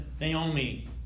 Naomi